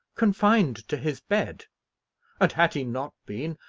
confined to his bed and, had he not been,